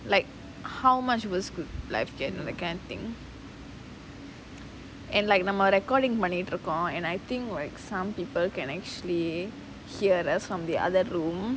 like how much was good like that kind of thing and like நம்ம:namma recording பண்ணிட்டு இருக்கோம்:pannittu irukom and I think like some people can actually hear us from the other room